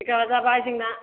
बिगाबा जाबाय जोंना